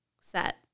set